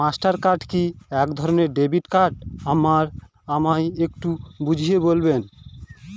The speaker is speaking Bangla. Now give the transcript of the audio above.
মাস্টার কার্ড কি একধরণের ডেবিট কার্ড আমায় একটু বুঝিয়ে বলবেন?